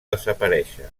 desaparèixer